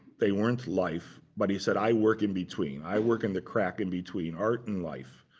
they weren't life. but he said, i work in between. i work in the crack in between art and life.